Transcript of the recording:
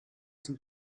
sind